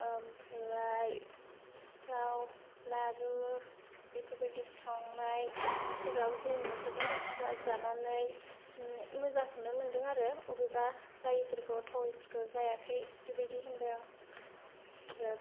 ओमफ्राय सिथाव लारु बेफोरबायदि सावनायफोराव जोंनि न'खरनि मानसिफोरा जानानै मोजांखौनो मोनदों आरो बबेबा जायिफोर थाविफोरखौ जायाखै बेबादि होनदों आरो